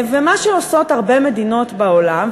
ומה שעושות הרבה מדינות בעולם,